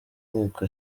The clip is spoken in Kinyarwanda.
inkiko